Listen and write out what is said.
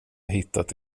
hittat